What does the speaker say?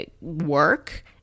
work